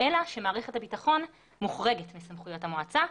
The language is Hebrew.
אלא שמערכת הביטחון מוחרגת מסמכויות המועצה,